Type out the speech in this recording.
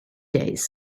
days